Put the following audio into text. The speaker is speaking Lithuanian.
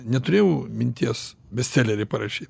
neturėjau minties bestselerį parašyt